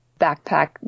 backpack